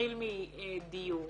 נתחיל מדיור